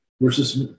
versus